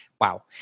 Wow